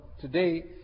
today